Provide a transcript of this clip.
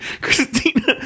Christina